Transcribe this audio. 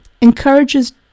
Encourages